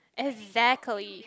exactly